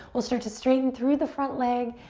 we'll start to straighten through the front leg,